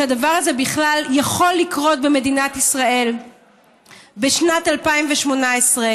שהדבר הזה בכלל יכול לקרות במדינת ישראל בשנת 2018,